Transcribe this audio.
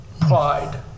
pride